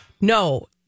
no